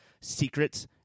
secrets